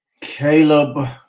Caleb